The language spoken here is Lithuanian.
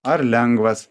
ar lengvas